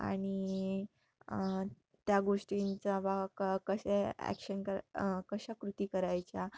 आणि त्या गोष्टींचा बा क कशा ॲक्शन करा कशा कृती करायच्या